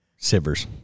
Sivers